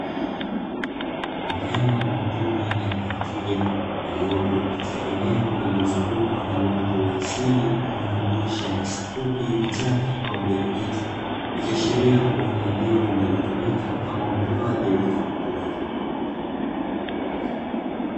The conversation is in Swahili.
Wanyama wa mwituni aina ya twiga waliopo katika eneo lililozungukwa na uoto wa asili, unaojumuisha nyasifupi, vichaka pamoja na miti, ikiashiria kuwa ni eneo linalotumika kama uhifadhi wa wanyamapori.